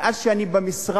מאז אני במשרד,